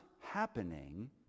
happening